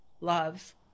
love